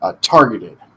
targeted